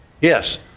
Yes